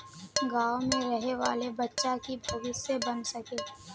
गाँव में रहे वाले बच्चा की भविष्य बन सके?